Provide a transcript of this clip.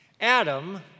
Adam